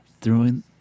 throwing